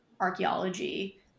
archaeology